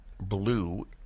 blue